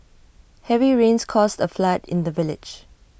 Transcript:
heavy rains caused A flood in the village